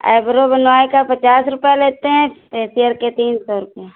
eyebrow बनवाए का है पचास रुपये लेते हैं फेसियर के तीन सौ रुपये